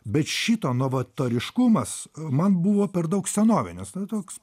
bet šito novatoriškumas man buvo per daug senovinis na toks